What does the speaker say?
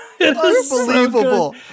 Unbelievable